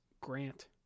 Grant